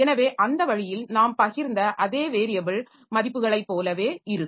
எனவே அந்த வழியில் நாம் பகிர்ந்த அதே வேரியபில் மதிப்புகளைப் போலவே இருக்கும்